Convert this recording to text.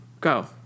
go